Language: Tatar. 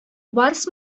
барс